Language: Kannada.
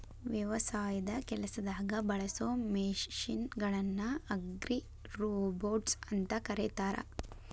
ವ್ಯವಸಾಯದ ಕೆಲಸದಾಗ ಬಳಸೋ ಮಷೇನ್ ಗಳನ್ನ ಅಗ್ರಿರೋಬೊಟ್ಸ್ ಅಂತ ಕರೇತಾರ